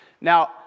Now